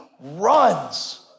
runs